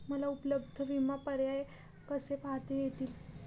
मला उपलब्ध विमा पर्याय कसे पाहता येतील?